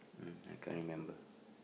I can't remember